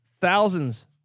thousands